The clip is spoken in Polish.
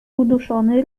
uduszony